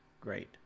great